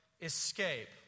escape